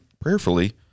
prayerfully